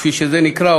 כפי שזה נקרא,